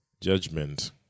judgment